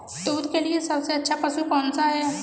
दूध के लिए सबसे अच्छा पशु कौनसा है?